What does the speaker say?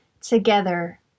together